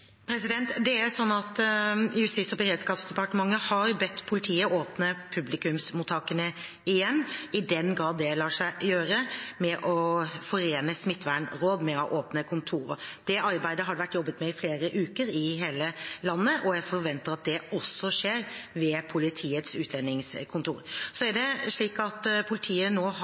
Justis- og beredskapsdepartementet har bedt politiet åpne publikumsmottakene igjen, i den grad det lar seg forene med gjeldende smittevernråd å åpne kontorer. Det har det vært jobbet med i flere uker i hele landet, og jeg forventer at det også skjer ved Politiets utlendingskontor. Politiet har nå begrensede åpningstider, og det gjør at